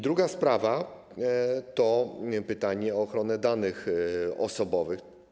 Druga sprawa to pytanie o ochronę danych osobowych.